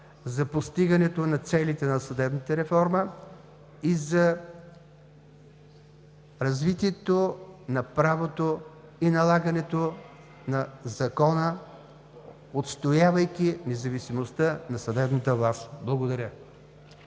за постигането на целите на съдебната реформа и за развитието на правото и налагането на Закона, отстоявайки независимостта на съдебната власт. Благодаря.